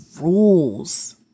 rules